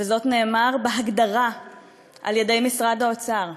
וזה נאמר בהגדרה על-ידי משרד האוצר.